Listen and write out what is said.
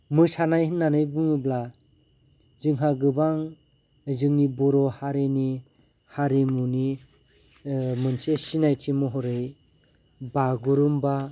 मोसानाय होननानै बुङोब्ला जोंहा गोबां जोंनि बर'हारिनि हारिमुनि मोनसे सिनायथि महरै बागुरुमबा